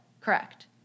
Correct